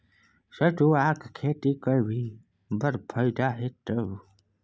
सितुआक खेती करभी बड़ फायदा छै